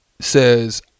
says